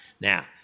Now